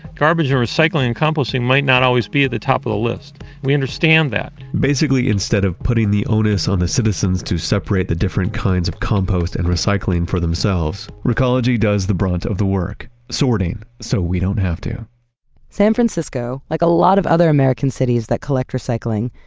garbage and recycling and composting might not always be at the top of the list. we understand that basically, instead of putting the onus on the citizens to separate the different kinds of compost and recycling for themselves, recology does the brunt of the work sorting, so we don't have to san francisco, like a lot of other american cities that collect recycling,